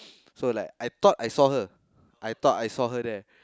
so like I thought I saw her I thought I saw her there